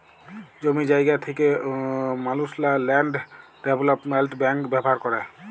জমি জায়গা থ্যাকা মালুসলা ল্যান্ড ডেভলোপমেল্ট ব্যাংক ব্যাভার ক্যরে